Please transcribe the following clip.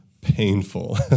painful